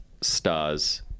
stars